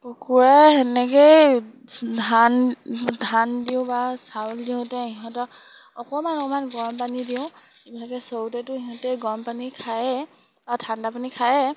কুকুৰা সেনেকৈয়ে ধান ধান দিওঁ বা চাউল দিওঁতে সিহঁতক অকণমান অকণমান গৰম পানী দিওঁ ইভাগে চৰুতেতো সিহঁতে গৰম পানী খায়েই ঠাণ্ডা পানী খায়েই